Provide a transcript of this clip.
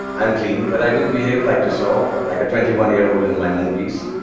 i'm clean, but i do behave like you saw like a twenty one year old in my movies.